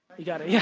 you got it. yeah